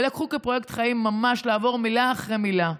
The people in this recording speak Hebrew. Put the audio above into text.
ולקחו כפרויקט חיים ממש לעבור מילה אחרי מילה,